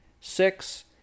Six